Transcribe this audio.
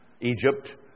Egypt